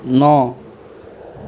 ন